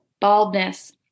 baldness